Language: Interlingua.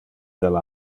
del